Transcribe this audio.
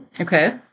okay